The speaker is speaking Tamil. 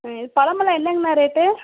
ம் பழமெல்லாம் என்னங்கண்ணா ரேட்டு